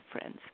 friends